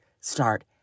start